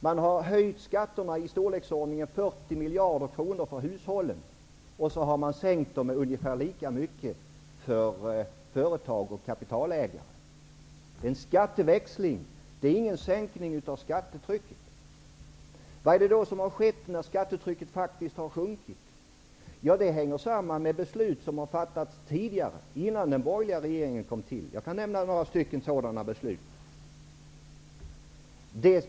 Man har höjt skatterna i storleksordningen 40 miljarder för hushållen och sänkt dem ungefär lika mycket för företag och kapitalägare. Det är en skatteväxling, inte en sänkning av skattetrycket. Vad har då skett när skattetrycket faktiskt har sjunkit? Det hänger samman med beslut som fattats innan den borgerliga regeringen tillträdde. Jag kan nämna några sådana.